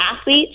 athletes